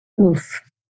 Oof